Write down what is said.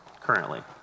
currently